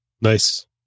nice